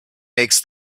makes